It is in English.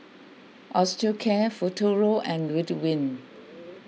Osteocare Futuro and Ridwind